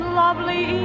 lovely